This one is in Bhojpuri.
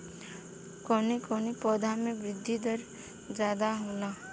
कवन कवने पौधा में वृद्धि दर ज्यादा होला?